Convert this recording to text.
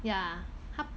ya 它